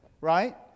Right